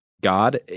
God